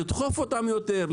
לדחוף אותם יותר,